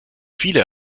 viele